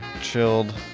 chilled